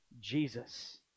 Jesus